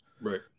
Right